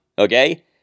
Okay